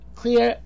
clear